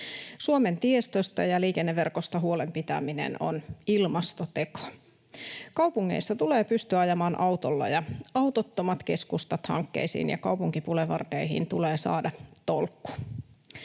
Suomen tiestöstä ja liikenneverkosta huolen pitäminen on ilmastoteko. Kaupungeissa tulee pystyä ajamaan autolla, ja autottomat keskustat -hankkeisiin ja kaupunkibulevardeihin tulee saada tolkku.